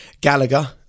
Gallagher